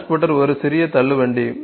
transporter ஒரு சிறிய தள்ளுவண்டி